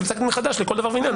זה פסק דין חדש לכל דבר ועניין.